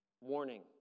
Warning